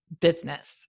business